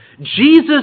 Jesus